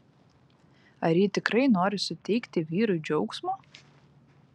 ar ji tikrai nori suteikti vyrui džiaugsmo